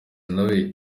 nawe